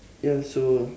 ya so